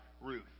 Ruth